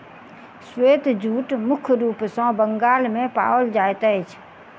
श्वेत जूट मुख्य रूप सॅ बंगाल मे पाओल जाइत अछि